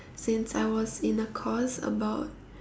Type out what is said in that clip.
since I was in a course about